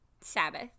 sabbath